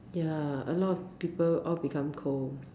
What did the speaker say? ya a lot of people all become cold